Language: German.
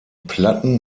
platten